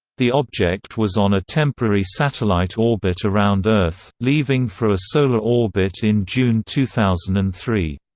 the object was on a temporary satellite orbit around earth, leaving for a solar orbit in june two thousand and three.